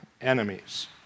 enemies